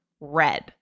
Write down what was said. red